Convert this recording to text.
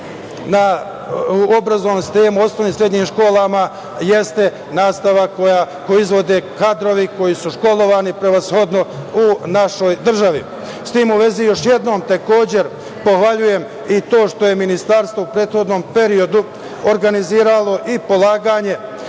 u obrazovnom sistemu, u osnovnim i srednjim školama, jeste nastava koju izvode kadrovi koji su školovani prevashodno u našoj državi.S tim u vezi još jednom pohvaljujem i to što je ministarstvo u prethodnom periodu organizovalo i polaganje